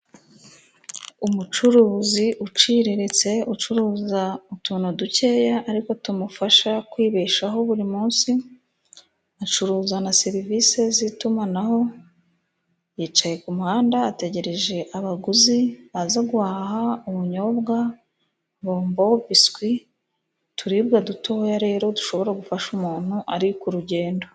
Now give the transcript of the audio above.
Umucuruzi uciriritse, ucuruza utuntu dukeya ariko tumufasha kwibeshaho buri munsi, acuruza na serivisi z'itumanaho, yicaye ku muhanda, ategereje abaguzi baza guhaha: ubunyobwa, bombo, bisikwi, uturibwa dutoya rero dushobora gufasha umuntu ari ku rugendo.